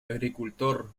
agricultor